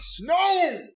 No